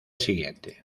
siguiente